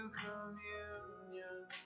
communion